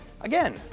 again